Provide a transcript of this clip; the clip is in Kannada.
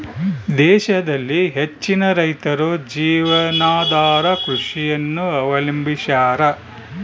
ದೇಶದಲ್ಲಿ ಹೆಚ್ಚಿನ ರೈತರು ಜೀವನಾಧಾರ ಕೃಷಿಯನ್ನು ಅವಲಂಬಿಸ್ಯಾರ